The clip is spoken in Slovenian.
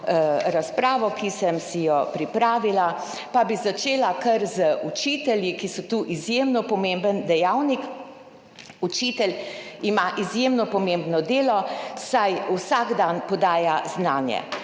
razpravo, ki sem si jo pripravila, pa bi začela kar z učitelji, ki so tu izjemno pomemben dejavnik. Učitelj ima izjemno pomembno delo, saj vsak dan podaja znanje.